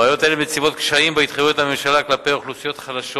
בעיות אלה מציבות קשיים בהתחייבות הממשלה כלפי אוכלוסיות חלשות,